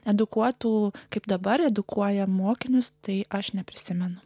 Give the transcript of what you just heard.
edukuotų kaip dabar edukuoja mokinius tai aš neprisimenu